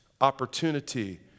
opportunity